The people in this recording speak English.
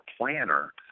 planner